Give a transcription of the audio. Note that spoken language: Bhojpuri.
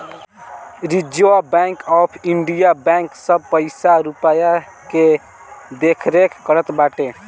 reserve Bank of India bank सब पईसा रूपया के देखरेख करत बाटे